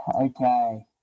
Okay